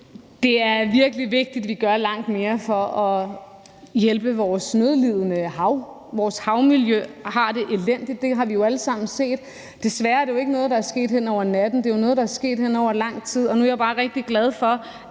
Det er virkelig vigtigt, at vi gør langt mere for at hjælpe vores nødlidende hav. Vores havmiljø har det elendigt; det har vi jo alle sammen set. Desværre er det jo ikke noget, der er sket hen over natten. Det er jo noget, der er sket over lang tid. Nu er jeg bare rigtig glad for,